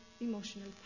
emotional